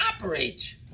operate